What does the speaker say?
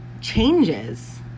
changes